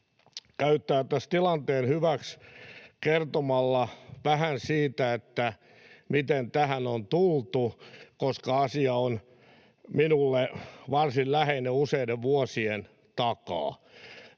käyttää tässä tilanteen hyväksi kertomalla vähän siitä, miten tähän on tultu, koska asia on minulle varsin läheinen useiden vuosien takaa.